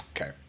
Okay